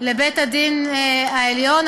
דיינים לבית-הדין העליון.